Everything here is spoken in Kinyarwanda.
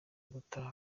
gutaha